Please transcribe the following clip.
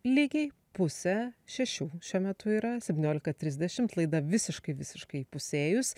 lygiai pusė šešių šiuo metu yra septyniolika trisdešim laida visiškai visiškai įpusėjus